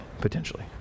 potentially